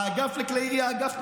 האגף לכלי ירייה הוא אגף מוכשר,